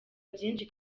byinshi